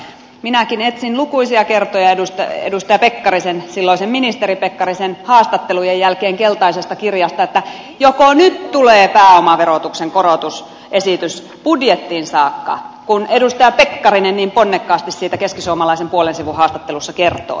minäkin etsin lukuisia kertoja edustaja pekkarisen silloisen ministeri pekkarisen haastattelujen jälkeen keltaisesta kirjasta että joko nyt tulee pääomaverotuksen korotusesitys budjettiin saakka kun edustaja pekkarinen niin ponnekkaasti siitä keskisuomalaisen puolen sivun haastattelussa kertoi